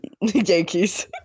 Yankees